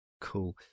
Cool